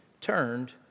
turned